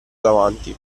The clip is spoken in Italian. davanti